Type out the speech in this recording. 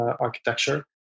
architecture